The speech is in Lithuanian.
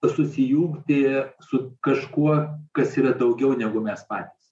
susijungti su kažkuo kas yra daugiau negu mes patys